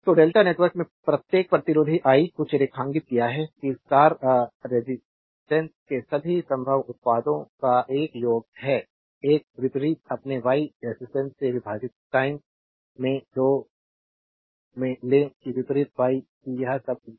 तो delta network में प्रत्येक प्रतिरोधी आई कुछ रेखांकित किया है कि स्टार रेजिस्टेंस के सभी संभव उत्पादों का एक योग है एक विपरीत अपने Y रेजिस्टेंस से विभाजित टाइम में 2 में ले कि विपरीत Y कि यह सब ठीक है